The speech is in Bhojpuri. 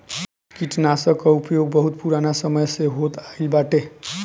कीटनाशकन कअ उपयोग बहुत पुरान समय से होत आइल बाटे